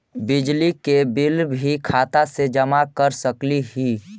बिजली के बिल भी खाता से जमा कर सकली ही?